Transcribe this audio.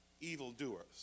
evildoers